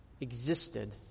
existed